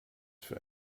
für